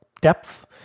depth